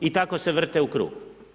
I tako se vrte u krug.